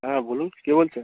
হ্যাঁ বলুন কে বলছেন